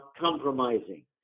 compromising